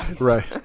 Right